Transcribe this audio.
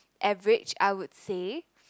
average I would say